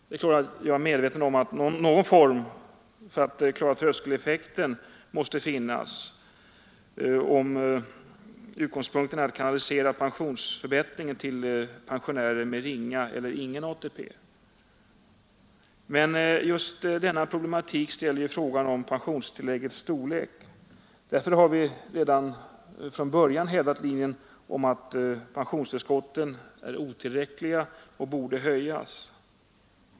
Jag är självfallet medveten om att man på något sätt måste eliminera tröskeleffekten, om utgångspunkten är att man skall kanalisera pensionsförbättringar till pensionärer med ringa eller ingen ATP. Just denna problematik aktualiserar frågan om pensionstilläggets storlek. Vi har redan från början hävdat att pensionstillskotten är otillräckliga och borde höjas.